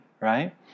right